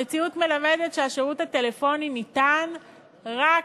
המציאות מלמדת שהשירות הטלפוני ניתן רק